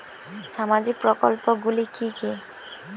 সামাজিক প্রকল্পগুলি কি কি?